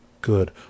good